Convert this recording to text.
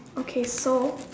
okay so